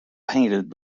painted